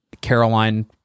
Caroline